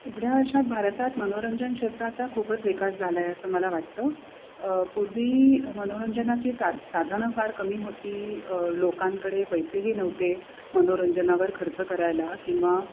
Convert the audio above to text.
एवढ्या वर्षात भारतात मनोरंजन क्षेत्राचा खूपच विकास झाला आहे असं मला वाटतं पूर्वी मनोरंजनाची सा साधनं फार कमी होती लोकांकडे पैसेही नव्हते मनोरंजनावर खर्च करायला किंवा